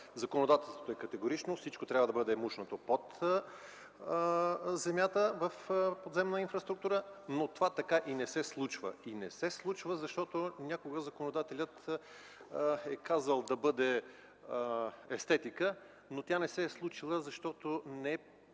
Законодателството е категорично: всичко трябва да бъде мушнато под земята в подземна инфраструктура, но това така и не се случва. Не се случва, защото някога законодателят е казал да бъде естетика, но тя не се е случила, защото не е